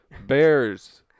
Bears